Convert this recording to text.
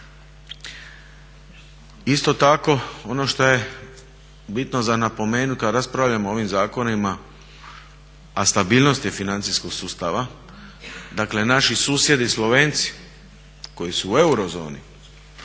Isto tako ono što je bitno za napomenuti kad raspravljamo o ovim zakonima a stabilnost je financijskog sustava, dakle naši susjedi Slovenci koji su u euro zoni